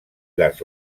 les